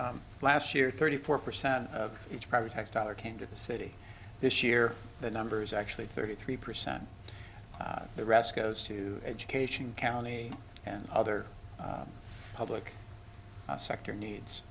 last year thirty four percent of each private tax dollar came to the city this year the numbers actually thirty three percent of the rest goes to education county and other public sector needs